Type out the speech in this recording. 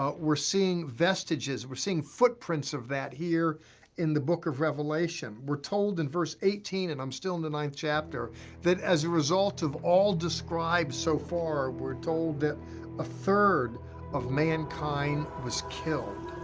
ah we're seeing vestiges. we're seeing footprints of that here in the book of revelation. we're told in verse eighteen and i'm still in the ninth chapter that, as a result of all described so far, we're told that a third of mankind was killed.